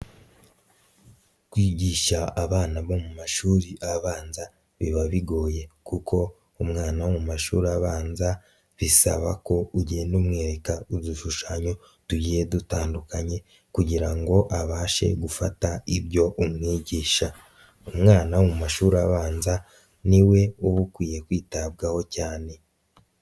Kwigisha abana bo mu mashuri abanza biba bigoye kuko umwana wo mu mashuri abanza, bisaba ko ugenda umwereka udushushanyo tugiye dutandukanye kugira ngo abashe gufata ibyo umwigisha, umwana wo mu mashuri abanza, niwe uba ukwiye kwitabwaho cyane.